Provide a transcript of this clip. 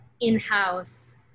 in-house